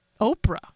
Oprah